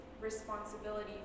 responsibility